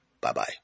Bye-bye